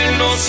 no